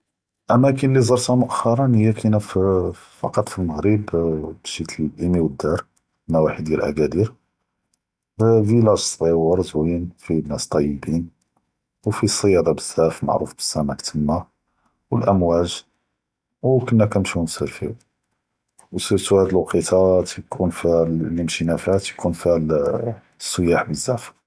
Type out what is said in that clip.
אַמאקין אלי זרתה מו’כרנא היא כאינה פקט פקט פ אלמגרב, משינא לאימדאר נוואחי דיאל אגאדיר, פי’לאג סג’יור זואין, פיה נאס טובין, ו פיה צ’יאדה בזאף מערוף בלסמק תמא, ו אלאמוג’ ו כנתו, וסירתו הד’אק אלוווקטה תיכון פ אלי משינא פיה תיכון פיה אלסיאח בזאף.